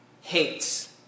hates